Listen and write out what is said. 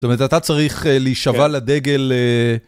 זאת אומרת, אתה צריך להישבע לדגל...